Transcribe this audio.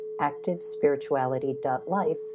activespirituality.life